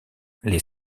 les